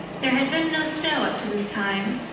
there had been no snow up to this time,